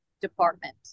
department